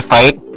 Fight